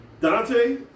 Dante